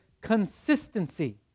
consistency